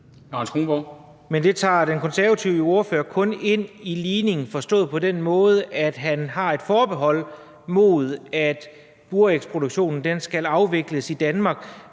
Anders Kronborg (S): Men det tager den konservative ordfører jo kun ind i ligningen på den måde, at han har et forbehold mod, at burægsproduktionen skal afvikles i Danmark,